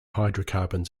hydrocarbons